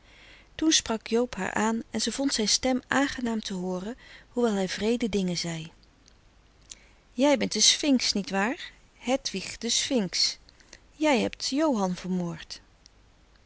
sprak joob haar aan en ze vond zijn stem aangenaam te hooren hoewel hij wreede dingen zei jij bent de sphinx niewaar hedwig de sphinx jij hebt johan vermoord